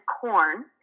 corn